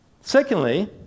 Secondly